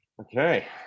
Okay